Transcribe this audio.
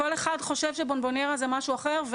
כול אחד חושב שבונבוניירה זה משהו אחר,